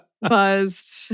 buzzed